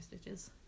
stitches